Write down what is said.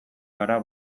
gara